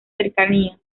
cercanías